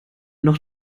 noch